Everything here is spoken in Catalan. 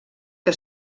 que